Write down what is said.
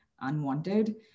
unwanted